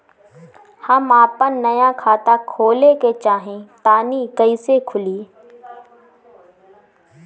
हम आपन नया खाता खोले के चाह तानि कइसे खुलि?